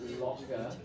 longer